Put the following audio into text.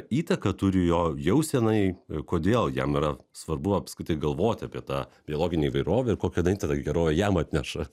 įtaką turi jo jausenai kodėl jam yra svarbu apskritai galvoti apie tą biologinę įvairovę ir kokią jinai tada gerovę jam atneša